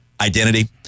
identity